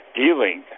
dealing